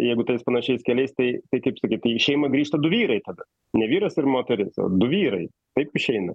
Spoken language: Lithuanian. jeigu tais panašiais keliais tai tai kaip sakyt tai į šeimą grįžta du vyrai tada ne vyras ir moteris o du vyrai taip išeina